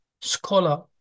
scholar